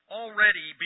already